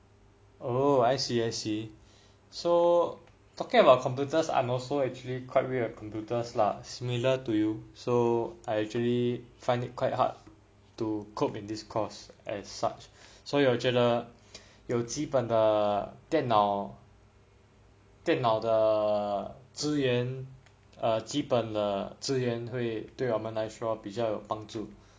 oh I see I see so talking about computers I'm also actually quite worried about computers lah similar to you so I actually find it quite hard to cope in this course as such so 我觉得有基本的基本的电脑的资源基本的资源会对我们来说比较有帮助